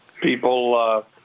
people